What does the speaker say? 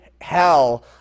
hell